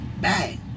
Bang